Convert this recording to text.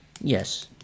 Yes